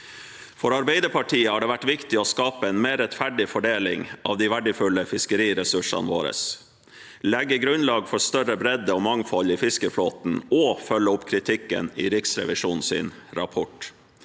For Arbeiderpartiet har det vært viktig å skape en mer rettferdig fordeling av de verdifulle fiskeressursene våre, legge grunnlag for større bredde og mangfold i fiskeflåten og følge opp kritikken i Riksrevisjonens rapport.